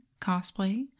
cosplay